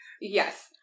Yes